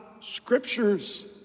scriptures